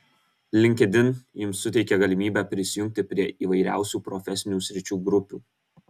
linkedin jums suteikia galimybę prisijungti prie įvairiausių profesinių sričių grupių